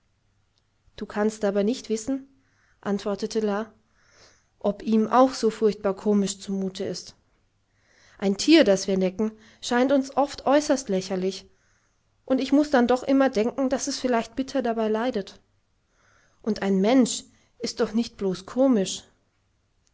du kannst aber nicht wissen antwortete la ob ihm auch so furchtbar komisch zumute ist ein tier das wir necken scheint uns oft äußerst lächerlich und ich muß dann doch immer denken daß es vielleicht bitter dabei leidet und ein mensch ist doch nicht bloß komisch